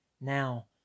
now